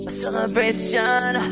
celebration